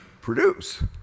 produce